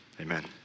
amen